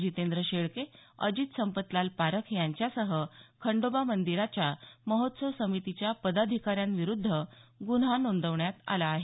जितेंद शेळके अजित संपतलाल पारख यांच्यासह खंडोबा मंदिराच्या महोत्सव समितीच्या पदाधिकाऱ्यांविरूद्ध गुन्हा नोंदवण्यात आला आहे